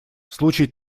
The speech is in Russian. случай